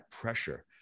pressure